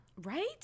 right